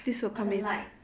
那个 light